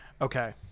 Okay